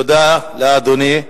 תודה לאדוני.